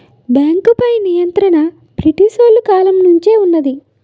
బేంకుపై నియంత్రణ బ్రిటీసోలు కాలం నుంచే వున్నది